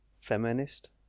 feminist